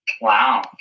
Wow